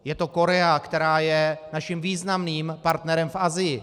Je to Korea, která je naším významným partnerem v Asii.